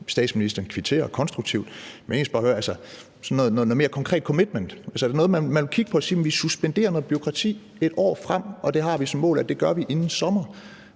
statsministeren kvitterer konstruktivt. Men jeg skal egentlig bare høre: Er der sådan noget mere konkret commitment? Er det noget, man vil kigge på og sige, at vi suspenderer noget bureaukrati et år frem, og det har vi som mål, at det gør vi inden sommer?